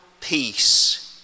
peace